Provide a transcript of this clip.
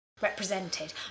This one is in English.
Represented